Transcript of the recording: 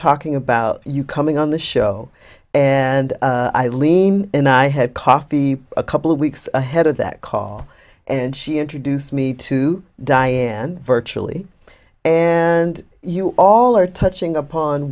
talking about you coming on the show and eileen and i had coffee a couple of weeks ahead of that call and she introduced me to diane virtually and you all are touching upon